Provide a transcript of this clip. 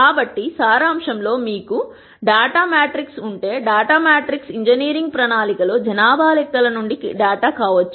కాబట్టి సారాంశంలో మీకు డేటా మ్యాట్రిక్స్ ఉంటే డేటా మ్యాట్రిక్స్ ఇంజనీరింగ్ ప్రణాళికలో జనాభా లెక్కల నుండి డేటా కావచ్చు